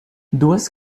duas